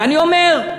ואני אומר: